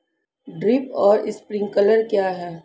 Drip और sprinkler क्या हैं?